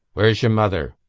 where's your mother?